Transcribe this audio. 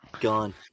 Gone